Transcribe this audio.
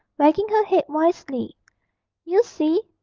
wagging her head wisely you see,